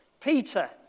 Peter